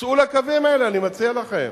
צאו לקווים האלה, אני מציע לכם,